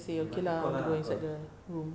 mm nanti call ah call